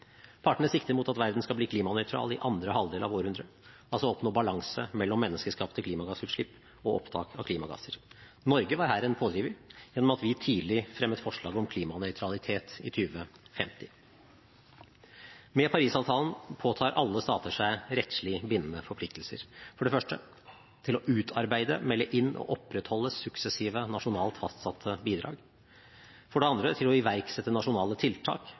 Partene sikter mot at verden skal bli klimanøytral i andre halvdel av århundret, altså oppnå balanse mellom menneskeskapte klimagassutslipp og opptak av klimagasser. Norge var her en pådriver gjennom at vi tidlig fremmet forslag om klimanøytralitet i 2050. Med Paris-avtalen påtar alle stater seg rettslig bindende forpliktelser: For det første til å utarbeide, melde inn og opprettholde suksessive nasjonalt fastsatte bidrag, og for det andre til å iverksette nasjonale tiltak